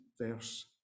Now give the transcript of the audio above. verse